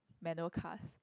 manual cars